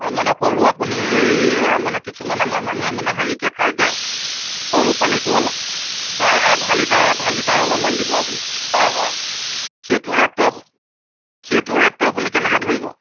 মানে সৰু আপুনি মানে কিছুমান আমাৰ মানুহে মানে হেৰিকৈ খায় যে সৰু পানীটোও অলপ নাই আধা লিটাৰ আধা লিটাৰৰ অলপমান দিব আপুনি হয় হয় সেইটোৰ ৰেটটো আপুনি সেইটোৰ ৰেটটো আপুনি কেনেকৈ ধৰিব